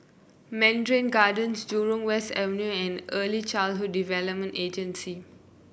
Mandarin Gardens Jurong West Avenue and Early Childhood Development Agency